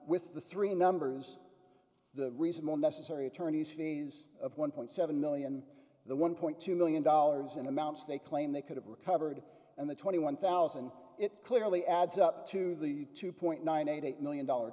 with the three numbers the reason all necessary attorneys fees of one point seven million the one point two million dollars in amounts they claim they could have recovered and the twenty one thousand it clearly adds up to the two point nine eight million dollars